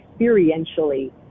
experientially